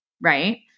Right